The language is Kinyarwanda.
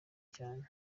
cyane